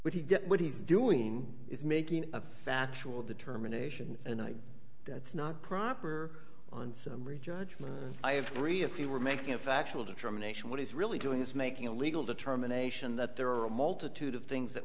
did what he's doing is making a factual determination and that's not proper on summary judgment i have read if you were making a factual determination what he's really doing is making a legal determination that there are a multitude of things that